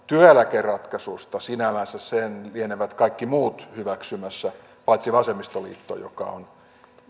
työeläkeratkaisun sinällään liene kaikki muut hyväksymässä paitsi vasemmistoliitto joka on